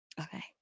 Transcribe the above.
Okay